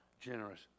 generous